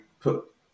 put